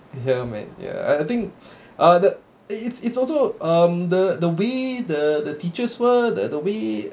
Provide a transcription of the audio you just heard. here man ya I think uh the it's it's also um the the way the the teachers were the the way